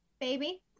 baby